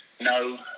no